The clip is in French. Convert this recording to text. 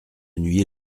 nuit